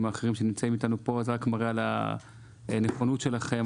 האחרים שנמצאים איתנו פה זה רק מראה על הנכונות שלכם,